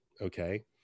okay